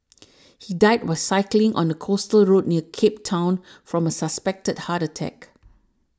he died while cycling on a coastal road near Cape Town from a suspected heart attack